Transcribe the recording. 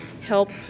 help